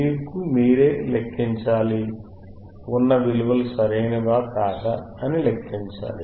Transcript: మీరు మీరే లెక్కించాలి ఉన్న విలువలు సరైనవి కాదా అని లెక్కించాలి